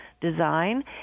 design